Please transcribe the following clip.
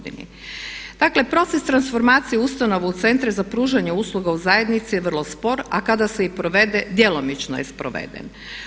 Dakle, proces transformacije ustanova u Centre za pružanje usluga u zajednici je vrlo spor, a kada se i provede djelomično je sproveden.